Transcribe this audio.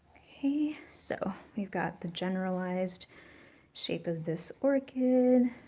okay, so we've got the generalized shape of this orchid.